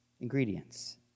Ingredients